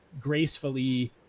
gracefully